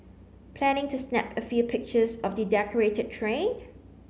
planning to snap a few pictures of the decorated train